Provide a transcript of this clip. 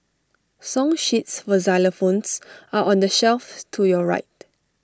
song sheets for xylophones are on the shelf to your right